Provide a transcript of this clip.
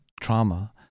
trauma